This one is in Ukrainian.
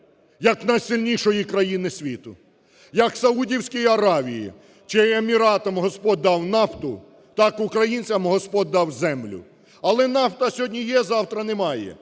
як найсильнішої країни світу. Як Саудівській Аравії чи Еміратам Господь дав нафту, так українцям Господь дав землю. Але нафта сьогодні є, завтра – немає,